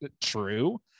true